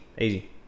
easy